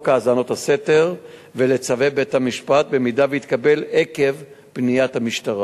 האזנת סתר ולצו בית-משפט במידה שיתקבל עקב פניית המשטרה.